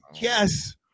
Yes